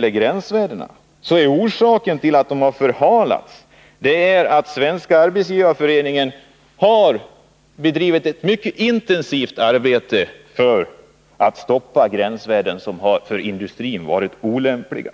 med gränsvärdena har fördröjts, och orsakerna till att det förhalats är framför allt att Svenska arbetsgivareföreningen har bedrivit ett mycket intensivt arbete för att stoppa gränsvärden som varit olämpliga för industrin.